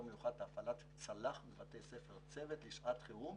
מיוחד: הפעלת צל"ח בבתי ספר צוות לשעת חירום